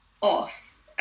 off